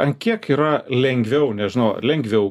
ant kiek yra lengviau nežinau lengviau